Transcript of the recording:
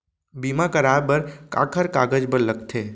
बीमा कराय बर काखर कागज बर लगथे?